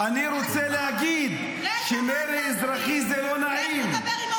אני רוצה להגיד שמרי אזרחי זה לא נעים.